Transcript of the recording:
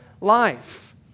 life